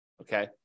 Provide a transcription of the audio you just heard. Okay